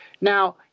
Now